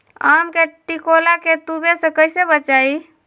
आम के टिकोला के तुवे से कैसे बचाई?